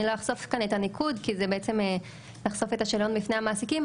אני לא אחשוף כאן את הניקוד כי זה בעצם לחשוף את השאלון בפני המעסיקים,